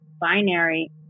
binary